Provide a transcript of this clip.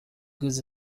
goods